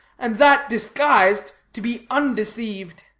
and that disguised, to be undeceived.